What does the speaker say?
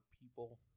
people